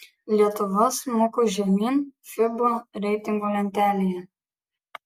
lietuva smuko žemyn fiba reitingo lentelėje